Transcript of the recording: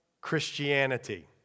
Christianity